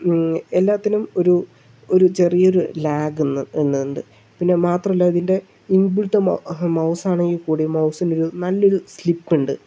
എല്ലാത്തിനും ഒരു ഒരു ചെറിയൊരു ലാഗ് ഇന്ന് ഇന്നുണ്ട് പിന്നെ മാത്രമല്ല ഇതിന്റെ ഇൻബിൽട്ട് മൗസ് ആണെങ്കിൽക്കൂടി മൗസിനൊരു നല്ലൊരു സ്ലിപ്പുണ്ട്